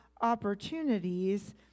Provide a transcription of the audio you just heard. opportunities